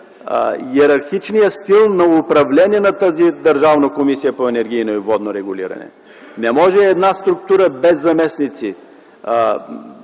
йерархичния стил на управление на тази Държавна комисия за енергийно и водно регулиране. Не може една структура без заместници.